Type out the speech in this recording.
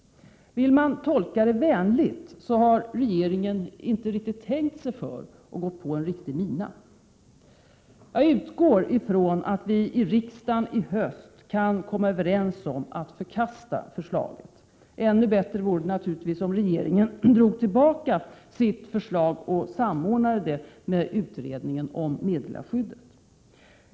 Vill man tolka det vänligt har regeringen inte riktigt tänkt sig för och gått på en riktig mina. Jag utgår ifrån att vi i riksdagen i höst kan komma överens om att förkasta förslaget. Ännu bättre vore det naturligtvis om regeringen drog tillbaka sitt förslag och samordnade det med utredningen om meddelarskyddet.